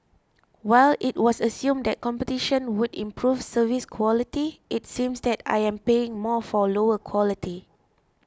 while it was assumed that competition would improve service quality it seems that I am paying more for lower quality